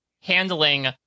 handling